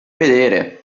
vedere